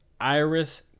Iris